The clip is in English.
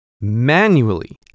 manually